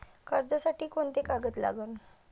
कर्जसाठी कोंते कागद लागन?